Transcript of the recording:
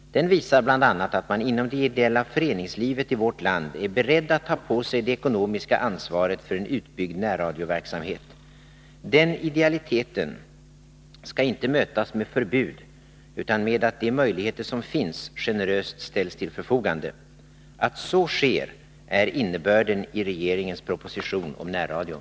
Den visar bl.a. att man inom det ideella föreningslivet i vårt land är beredd att ta på sig det ekonomiska ansvaret för en utbyggd närradioverksamhet. Den idealiteten skall inte mötas med förbud utan med att de möjligheter som finns generöst ställs till förfogande. Att så sker är innebörden i regeringens proposition om närradion.